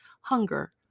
Hunger